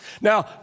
Now